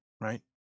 Right